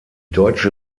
deutsche